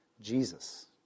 Jesus